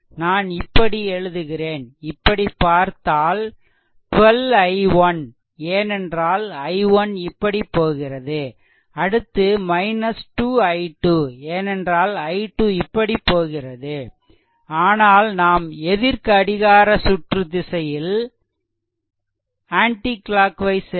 நான் இப்படி எழுதுகிறேன் இப்படி பார்த்தால் 12 i1 ஏனென்றால் i1 இப்படி போகிறது அடுத்து 2 i2 ஏனென்றால் i2 இப்படி போகிறது ஆனால் நாம் எதிர்கடிகார சுற்று திசையில் செல்கிறோம்